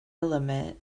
element